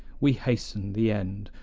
we hasten the end,